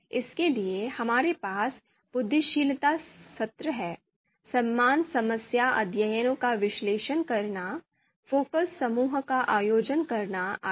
इसके लिए हमारे पास बुद्धिशीलता सत्र हैं समान समस्या अध्ययनों का विश्लेषण करना फोकस समूहों का आयोजन करना आदि